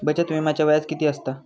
बचत विम्याचा व्याज किती असता?